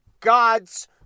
gods